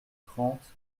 trente